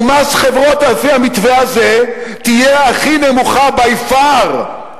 ומס חברות על-פי המתווה הזה תהיה הכי נמוכה by far,